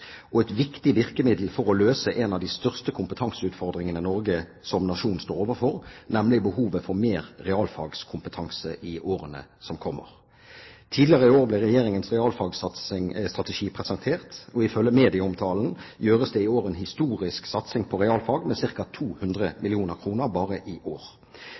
og er et viktig virkemiddel for å løse en av de største kompetanseutfordringene Norge som nasjon står overfor, nemlig behovet for mer realfagskompetanse i årene som kommer. Tidligere i år ble Regjeringens realfagssatsingsstrategi presentert, og ifølge medieomtalen gjøres det i år en historisk satsing på realfag, med ca. 200 mill. kr bare i år.